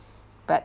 but